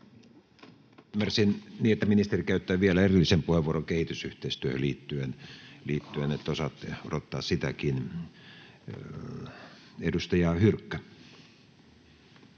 Ymmärsin niin, että ministeri käyttää vielä erillisen puheenvuoron kehitysyhteistyöhön liittyen — niin että osaatte odottaa sitäkin. — Edustaja Hyrkkö.